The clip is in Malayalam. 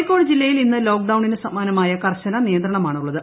കോഴിക്കോട് ജില്ലയിൽ ഇന്ന് ലോക്ഡൌണിന് സമാനമായ കർശന നിയന്ത്രണമാണുള്ളത്